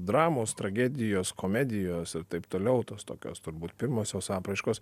dramos tragedijos komedijos ir taip toliau tos tokios turbūt pirmosios apraiškos